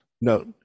No